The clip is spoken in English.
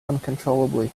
uncontrollably